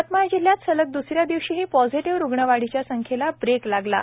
यवतमाळ जिल्ह्यात सलग द्स या दिवशीही पॉझेटिव्ह रुग्णवाढीच्या संख्येला ब्रेक लागला आहे